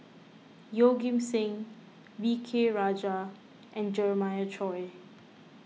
Yeoh Ghim Seng V K Rajah and Jeremiah Choy